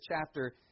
chapter